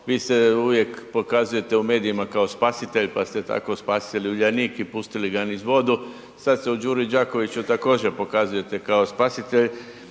vi se uvijek pokazujete u medijima pokazujete kao spasitelj, pa ste tako spasili Uljanik i pustili ga niz vodu, sad se u Đuri Đakoviću također pokazujete kao spasitelj